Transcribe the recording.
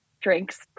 drinks